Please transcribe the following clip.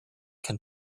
can